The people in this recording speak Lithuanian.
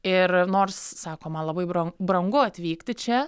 ir nors sako man labai bran brangu atvykti čia